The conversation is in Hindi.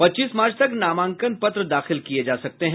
पच्चीस मार्च तक नामांकन पत्र दाखिल किए जा सकते हैं